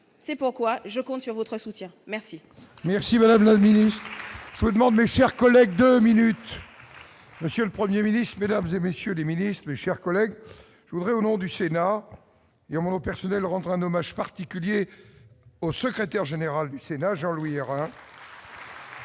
c'est pourquoi je compte sur votre soutien merci.